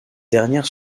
dernière